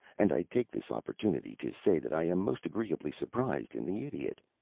and i take this opportunity to say that i am most agreeably surprised in the idiot.